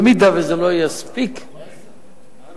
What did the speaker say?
ואם זה לא יספיק רבותי,